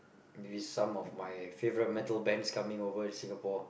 these some of my favourite metal bands is coming to Singapore